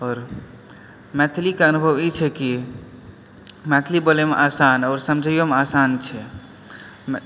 आओर मैथिलीके अनुभव ई छै की मैथिली बोलयमे आसान आओर समझिओमे आसान छै